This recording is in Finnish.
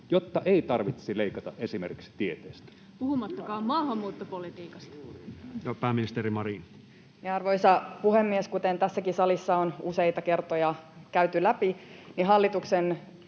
jotta ei tarvitsisi leikata esimerkiksi tieteestä? [Riikka Purra: Puhumattakaan maahanmuuttopolitiikasta!] Pääministeri Marin. Arvoisa puhemies! Kuten tässäkin salissa on useita kertoja käyty läpi, itse asiassa hallituksen